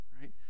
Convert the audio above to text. right